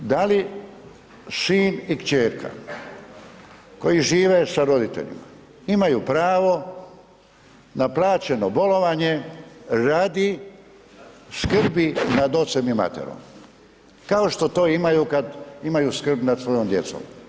Da li sin i kćerka koji žive sa roditeljima imaju pravo na plaćeno bolovanje radi skrbi nad ocem i materom kao što to imaju, kad imaju skrb nad svojom djecom?